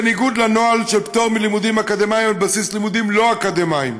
בניגוד לנוהל של פטור מלימודים אקדמיים על בסיס לימודים לא אקדמיים.